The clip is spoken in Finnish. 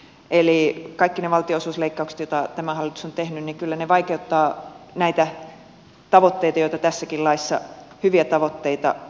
eli kaikki ne valtio osuusleikkaukset joita tämä hallitus on tehnyt kyllä vaikeuttavat näitä hyviä tavoitteita joita tässäkin laissa on